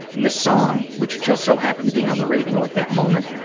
and the song, which just so happened to be on the radio at that moment?